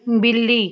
ਬਿੱਲੀ